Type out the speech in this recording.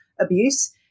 abuse